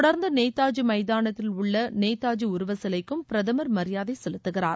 தொடர்ந்து நேதாஜி மைதானத்தில் உள்ள நேதாஜி உருவச்சிலைக்கும் பிரதமர் மியாதை செலுத்துகிறார்